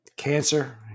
Cancer